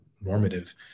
normative